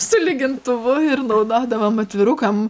su lygintuvu ir naudodavom atvirukam